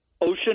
ocean